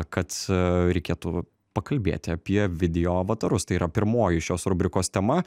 kad reikėtų pakalbėti apie video avatarus tai yra pirmoji šios rubrikos tema